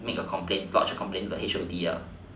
make a complain lodge a complaint to the H_O_D